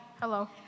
Hello